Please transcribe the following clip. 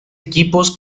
equipos